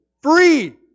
Free